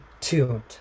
tuned